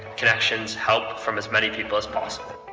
connections, help from as many people as possible.